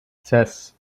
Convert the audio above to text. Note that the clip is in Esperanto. ses